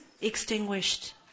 extinguished